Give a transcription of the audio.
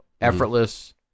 effortless